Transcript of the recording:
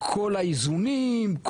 כל האיזונים,